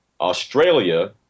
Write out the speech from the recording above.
Australia